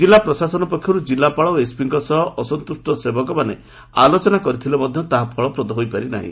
ଜିଲ୍ଲା ପ୍ରଶାସନ ପକ୍ଷରୁ ଜିଲ୍ଲାପାଳ ଓ ଏସ୍ପିଙ୍କ ସହ ଅସନ୍ତୁଷ୍ ସେବକମାନେ ଆଲୋଚନା କରିଥିଲେ ମଧ ତାହା ଫଳପ୍ରଦ ହୋଇପାରି ନାହି